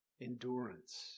Endurance